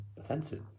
offensive